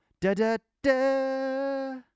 Da-da-da